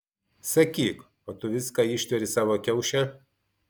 sakyk o tu viską ištveri savo kiauše